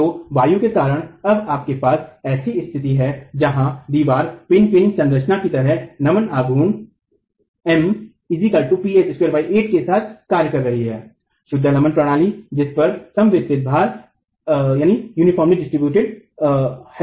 तो वायु के कारण अब आपके पास ऐसी स्तिथि है जहाँ दीवारपिन पिन संरचन की तरह नमन आघूर्ण M ph28 के साथ कार्य कर रही है शुद्धालम्ब प्रणाली जिस पर समपरिवर्तनीय भार है